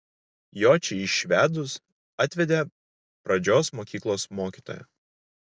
jočį išvedus atvedė pradžios mokyklos mokytoją